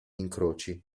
incroci